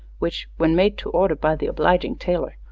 which, when made to order by the obliging tailor,